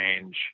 change